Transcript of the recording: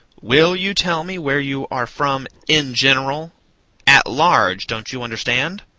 will you tell me where you are from in general at large, don't you understand?